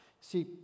See